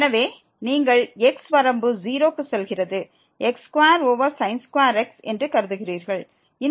எனவே நீங்கள் x வரம்பு 0 க்கு செல்கிறது x2 ஓவர் x என்று கருதுகிறீர்கள்